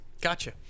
Gotcha